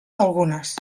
algunes